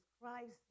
Christ